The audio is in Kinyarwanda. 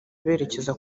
berekeza